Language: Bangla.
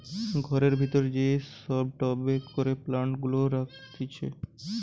ঘরের ভিতরে যেই সব টবে করে প্লান্ট গুলা রাখতিছে